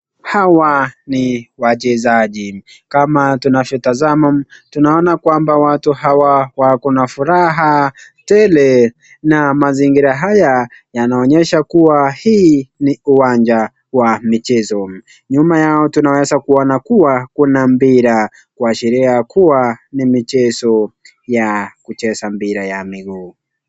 Hawa ni wachezaji, kama tunavyotazama, tunaona kwamba watu hawa wako na furaha tele, na mazingira haya, yanaonyesha kuwa hii ni uwanja wa michezo, nyuma yao tunaweza kuona kuwa kuna mpira kuashiria kuwa ni michezo ya kucheza mpira ya miguu.